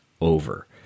over